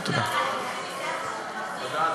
תודה, אדוני.